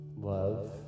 love